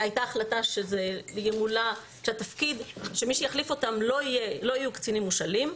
הייתה החלטה שמי שיחליף אותן לא יהיו קצינים מושאלים.